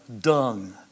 dung